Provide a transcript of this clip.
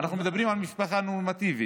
אנחנו מדברים על משפחה נורמטיבית